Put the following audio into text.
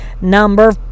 Number